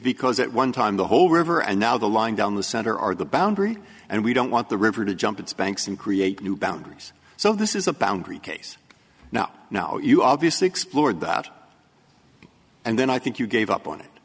because at one time the whole river and now the line down the center are the boundary and we don't want the river to jump its banks and create new boundaries so this is a boundary case now now you obviously explored that and then i think you gave up on it